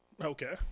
Okay